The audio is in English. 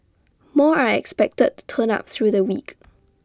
more are expected to turn up through the week